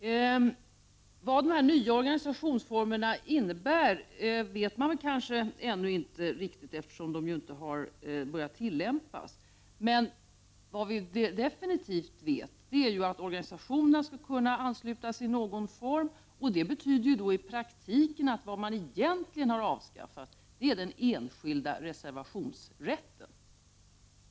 Vad de här nya organisationsformerna innebär vet man kanske ännu inte riktigt, eftersom de ju inte har börjat tillämpas. Men vad vi vet är att organisationerna skall kunna anslutas i någon form, och det betyder i praktiken att vad man egentligen nu avskaffar definitivt är den enskilda reservationsrätten.